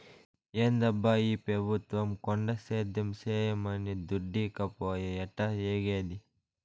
ఏందబ్బా ఈ పెబుత్వం కొండ సేద్యం చేయమనె దుడ్డీకపాయె ఎట్టాఏగేది